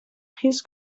his